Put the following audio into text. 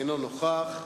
אינו נוכח.